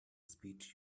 speech